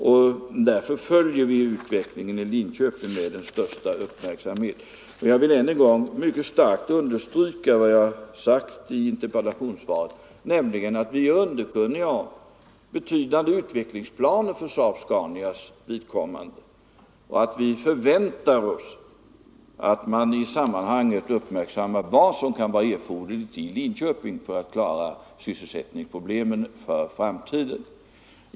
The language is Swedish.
Vi följer därför utvecklingen i Linköping med den största uppmärksamhet. Jag vill ännu en gång starkt understryka vad jag sagt i interpellationssvaret, nämligen att vi är underkunniga om betydande utvecklingsplaner för SAAB-Scanias vidkommande och att vi förväntar oss att det i sammanhanget uppmärksammas vad som kan vara erforderligt i Linköping för att klara av sysselsättningsproblemen i framtiden.